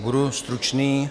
Budu stručný.